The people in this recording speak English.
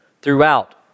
throughout